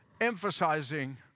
emphasizing